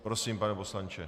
Prosím, pane poslanče.